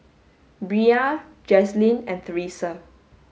Bria Jazlynn and Theresa